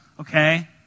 okay